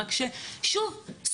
רק ששוב,